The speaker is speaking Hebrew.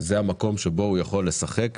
זה המקום שבו הוא יכול לשחק,